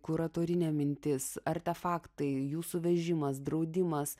kuratorinė mintis artefaktai jūsų vežimas draudimas